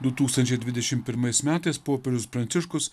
du tūkstančiai dvidešimt pirmais metais popiežius pranciškus